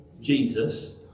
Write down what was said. Jesus